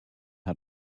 how